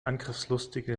angriffslustige